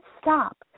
stop